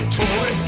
toy